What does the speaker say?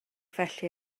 felly